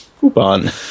Coupon